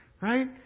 Right